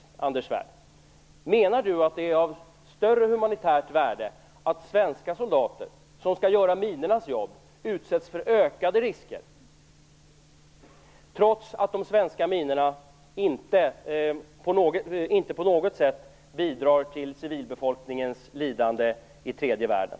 Menar Anders Svärd att det är av större humanitärt värde att svenska soldater som skall göra minornas jobb utsätts för ökade risker, trots att de svenska minorna inte på något sätt bidrar till civilbefolkningens lidande i tredje världen?